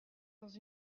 dans